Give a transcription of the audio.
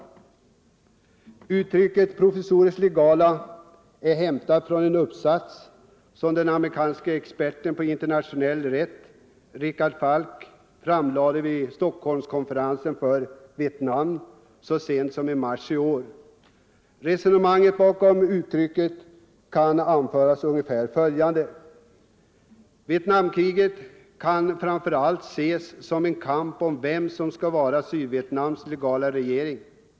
Detta uttryck, provisoriskt legala, är hämtat från den uppsats som den amerikanske experten på internationell rätt Richard A. Falk framlade vid Stockholmskonferensen för Vietnam så sent som i mars i år. Resonemanget bakom uttrycket uu är bl.a. följande: Vietnamkriget kan framför allt ses som en kamp om vem som skall vara Sydvietnams legala regering.